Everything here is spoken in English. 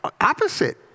opposite